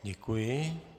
Děkuji.